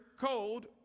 cold